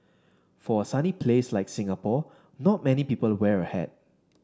for a sunny place like Singapore not many people wear a hat